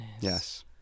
Yes